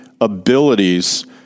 abilities